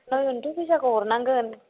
नयननोथ' फैसाखौ हरनांगोन